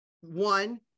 one